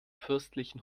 fürstlichen